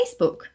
Facebook